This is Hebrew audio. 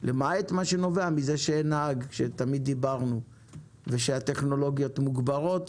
למעט מה שנובע מזה שאין נהג ושהטכנולוגיות מוגברות.